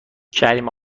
کریم